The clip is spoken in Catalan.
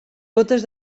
gotes